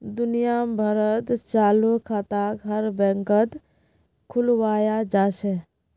दुनिया भरत चालू खाताक हर बैंकत खुलवाया जा छे